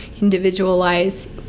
individualize